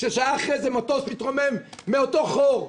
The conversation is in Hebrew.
כששעה אחרי מטוס מתרומם מאותו חור.